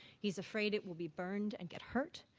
he's afraid it will be burned and get hurt.